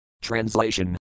Translation